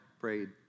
prayed